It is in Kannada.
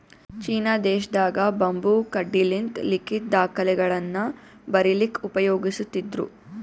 ಚೀನಾ ದೇಶದಾಗ್ ಬಂಬೂ ಕಡ್ಡಿಲಿಂತ್ ಲಿಖಿತ್ ದಾಖಲೆಗಳನ್ನ ಬರಿಲಿಕ್ಕ್ ಉಪಯೋಗಸ್ತಿದ್ರು